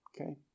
okay